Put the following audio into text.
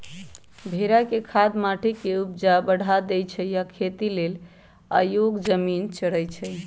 भेड़ा के खाद माटी के ऊपजा बढ़ा देइ छइ आ इ खेती लेल अयोग्य जमिन चरइछइ